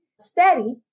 steady